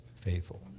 faithful